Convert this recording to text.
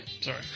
sorry